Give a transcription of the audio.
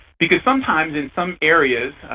because sometimes, in some areas,